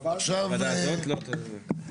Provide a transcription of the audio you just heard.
בבקשה, יוסף.